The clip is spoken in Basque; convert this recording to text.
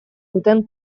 duten